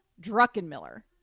Druckenmiller